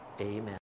Amen